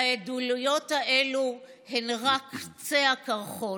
והעדויות האלו הן רק קצה הקרחון.